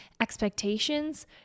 expectations